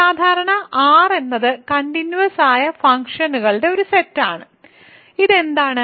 സാധാരണ R എന്നത് continuous ആയ ഫങ്ക്ഷനുകളുടെ ഒരു സെറ്റ് ആണ് ഇത് എന്താണ്